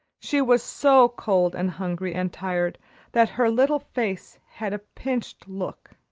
she was so cold and hungry and tired that her little face had a pinched look,